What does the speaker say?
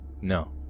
no